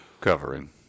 covering